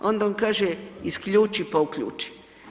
Onda on kaže isključi pa uključi.